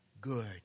good